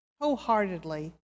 wholeheartedly